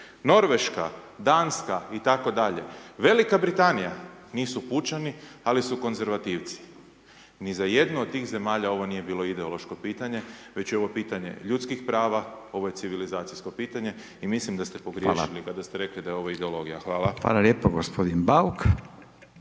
Norveška, Danska itd. Velika Britanija nisu pučani ali su konzervativci, ni za jednu od tih zemalja ovo nije bilo ideološko pitanje već je ovo pitanje ljudskih prava ovo je civilizacijsko pitanje i mislim da ste …/Upadica: Hvala./… pogriješili kada ste rekli da je ovo ideologija. Hvala. **Radin, Furio (Nezavisni)** Hvala lijepo, gospodin Bauk.